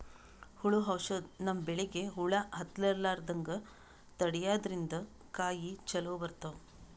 ಹುಳ್ದು ಔಷಧ್ ನಮ್ಮ್ ಬೆಳಿಗ್ ಹುಳಾ ಹತ್ತಲ್ಲ್ರದಂಗ್ ತಡ್ಯಾದ್ರಿನ್ದ ಕಾಯಿ ಚೊಲೋ ಬರ್ತಾವ್